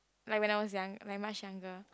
like when I was young like much younger